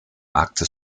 arktis